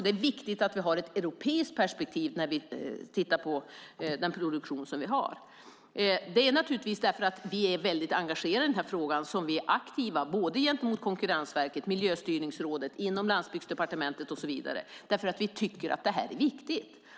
Det är viktigt att vi har ett europeiskt perspektiv när vi tittar på den produktion vi har. Det är för vi är väldigt engagerade i den här frågan som vi är aktiva gentemot Konkurrensverket och Miljöstyrningsrådet, inom Landsbygdsdepartementet och så vidare. Vi tycker att det är viktigt.